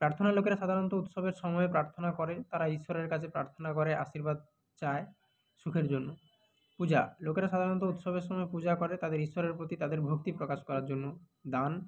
প্রার্থনা লোকেরা সাধারণত উৎসবের সময় প্রার্থনা করে তারা ঈশ্বরের কাছে প্রার্থনা করে আশীর্বাদ চায় সুখের জন্য পূজা লোকেরা সাধারণত উৎসবের সময় পূজা করে তাদের ঈশ্বরের প্রতি তাদের ভক্তি প্রকাশ করার জন্য দান